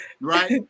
right